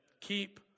keep